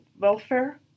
welfare